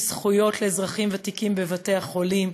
זכויות לאזרחים ותיקים בבתי-החולים,